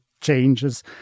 changes